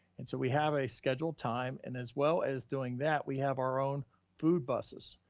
and so we have a scheduled time, and as well as doing that, we have our own food buses.